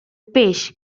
peix